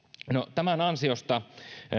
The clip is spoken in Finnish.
tämän ansiosta